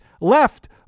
left